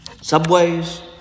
Subways